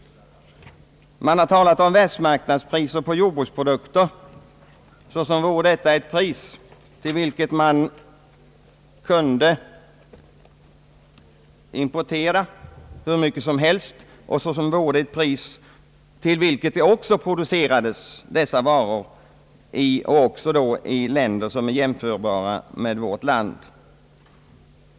Man har talat om världsmarknadspriser på jordbruksprodukter såsom vore detta ett pris, till vilket man kunde importera hur mycket som helst och såsom vore det ett pris till vilket dessa varor också producerades i länder som är jämförbara med vårt land.